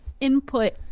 input